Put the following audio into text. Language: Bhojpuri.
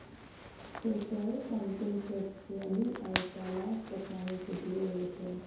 सिंचाई पम्पिंगसेट, नदी, आउर तालाब क पानी से ढेर होत हौ